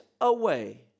away